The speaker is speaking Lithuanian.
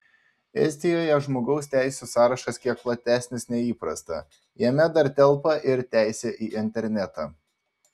estijoje žmogaus teisių sąrašas kiek platesnis nei įprasta jame dar telpa ir teisė į internetą